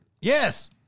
Yes